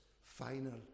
final